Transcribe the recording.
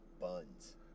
buns